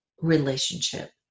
relationship